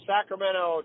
Sacramento